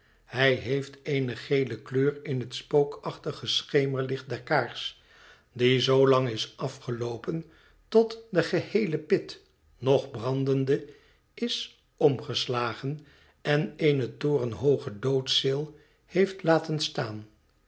hij heeft eene gele kleur in het spookachtige schemerlicht der kaars die zoolang is afgeloopen tot de geheele pit nog brandende is omgeslagen en eene torenhooge doodceel heeft laten staan